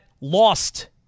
lost